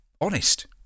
honest